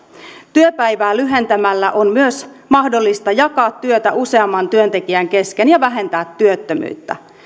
työpäivää lyhentämällä on myös mahdollista jakaa työtä useamman työntekijän kesken ja vähentää työttömyyttä